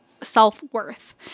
self-worth